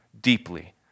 deeply